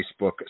facebook